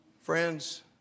Friends